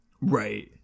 Right